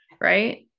Right